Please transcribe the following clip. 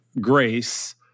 grace